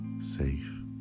safe